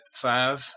five